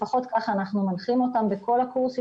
לפחות כך אנחנו מנחים אותם בכל הקורסים